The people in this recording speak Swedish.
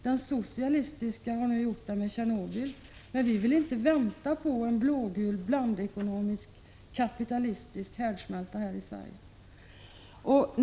Den socialistiska har nu gjort det med Tjernobyl, men vi vill inte vänta på en blågul blandekonomisk kapitalistisk härdsmälta här i Sverige.